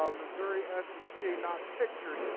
um missouri s and t, not pictured,